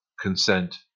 consent